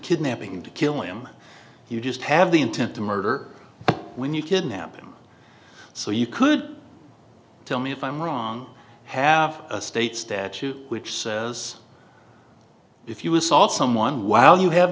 kidnapping to kill him you just have the intent to murder when you kidnap him so you could tell me if i'm wrong have a state statute which says if you assault someone while you have